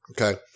Okay